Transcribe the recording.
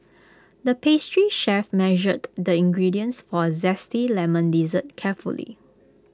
the pastry chef measured the ingredients for A Zesty Lemon Dessert carefully